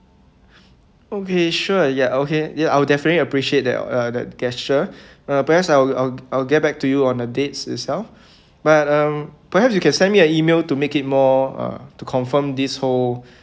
okay sure ya okay then I will definitely appreciate that uh that gesture uh perhaps I'll I'll I'll get back to you on the dates itself but um perhaps you can send me an email to make it more uh to confirm this whole